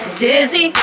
dizzy